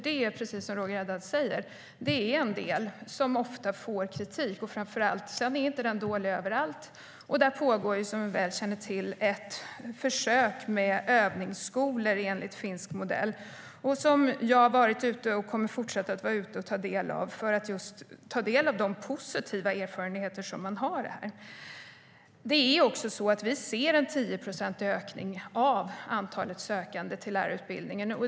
Det är, precis som Roger Haddad säger, den del som framför allt ofta får kritik. Den är dock inte dålig överallt, och där pågår, som vi väl känner till, ett försök med övningsskolor enligt finsk modell, vilket jag tagit del av och kommer att fortsätta att ta del av, just för att kunna ta fram de positiva erfarenheter som finns där. Vi ser en 10-procentig ökning av antalet sökande till lärarutbildningen.